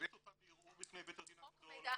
הבאת אותם לערעור בפני בית הדין הגדול,